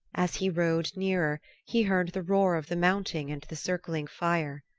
as he rode nearer he heard the roar of the mounting and the circling fire.